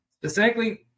Specifically